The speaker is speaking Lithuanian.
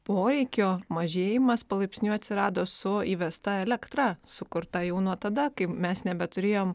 poreikio mažėjimas palaipsniui atsirado su įvesta elektra sukurta jau nuo tada kai mes nebeturėjom